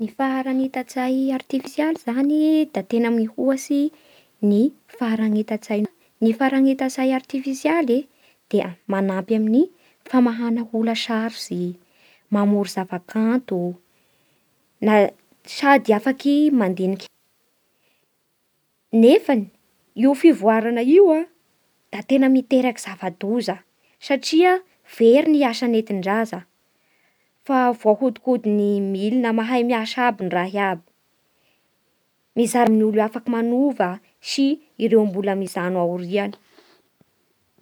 Ny faharanitan-tsay aritifisialy zany da tena mihoatsy ny faranitan-tsay? Ny faharanitan-tsay araifisialy dia manampy amin'ny famahana olo sarotsy, mamoro zava-kanto sady afaky mandiniky. Nefany io fivoara io da tena mietraky zava-doza, satria very ny asa nentin-draza. fa voaodikodin'ny milina mahay miasa aby ny raha iaby. Mizary ny olo afaky manova sy ireo izay mijano ao ariany